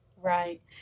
Right